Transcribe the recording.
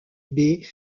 baies